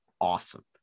awesome